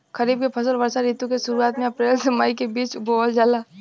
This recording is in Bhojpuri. खरीफ के फसल वर्षा ऋतु के शुरुआत में अप्रैल से मई के बीच बोअल जाला